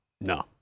No